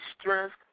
strength